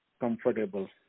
comfortable